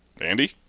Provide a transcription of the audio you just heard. Andy